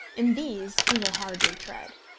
in these he will hardly tread.